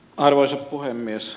arvoisa puhemies